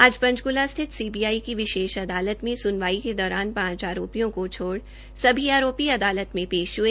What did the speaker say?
आज पंचकला स्थित सीबीआई की विशेष अदालत में सुनवाई के दौरान पांच आरोपियों को छोड़ सभी आरोपी कोर्ट में पेश हुए